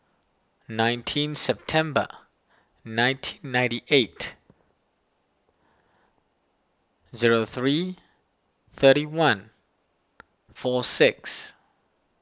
nineteen September nineteen ninety eight zero three thirty one four six